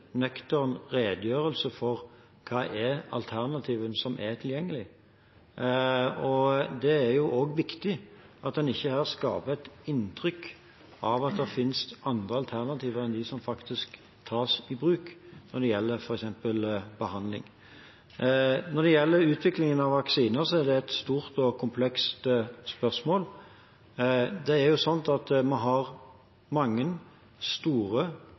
nøktern redegjørelse for hvilke alternativ som er tilgjengelige. Det er også viktig at en ikke her skaper et inntrykk av at det finnes andre alternativer enn dem som faktisk tas i bruk, når det gjelder f.eks. behandling. Når det gjelder utviklingen av vaksiner, er det et stort og komplekst spørsmål. Det er jo sånn at vi har mange store,